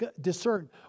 Discern